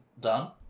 done